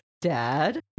Dad